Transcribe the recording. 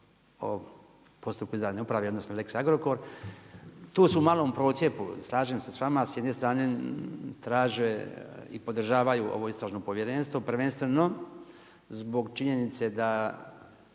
o postupku izvanredne uprave, odnosno lex Agrokor. Tu su u malom procjepu, slažem se s vama, s jedne strane traže i podržavaju ovo istražno povjerenstvo prvenstveno zbog činjenice da